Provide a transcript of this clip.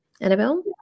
Annabelle